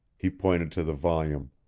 he pointed to the volume.